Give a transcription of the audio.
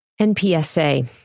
NPSA